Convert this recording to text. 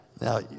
Now